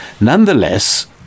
Nonetheless